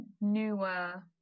newer